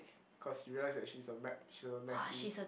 cause he realise that she's a map she's a nasty